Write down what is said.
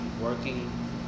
working